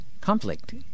conflict